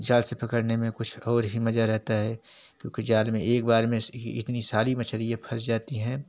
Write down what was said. जाल से पकड़ने में कुछ और ही मज़ा रहता है क्योंकि जाल में एक बार में ही इतनी सारी मछलियाँ फँस जाती हैं